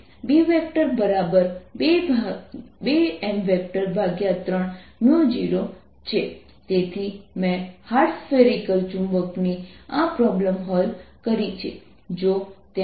તેથી આપણે જોઈ શકીએ છીએ કે વિદ્યુતક્ષેત્ર સપાટીના દરેક બિંદુએ લંબ છે જે rk દિશા સાથે છે